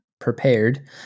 Prepared